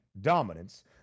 dominance